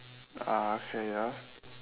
ah okay ya